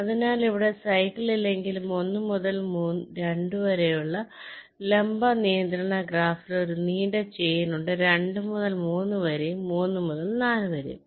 അതിനാൽ ഇവിടെ സൈക്കിൾ ഇല്ലെങ്കിലും 1 മുതൽ 2 വരെയുള്ള ലംബ നിയന്ത്രണ ഗ്രാഫിൽ ഒരു നീണ്ട ചെയിൻ ഉണ്ട് 2 മുതൽ 3 വരെയും 3 മുതൽ 4 വരെയും